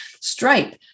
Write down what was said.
Stripe